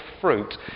fruit